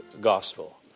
gospel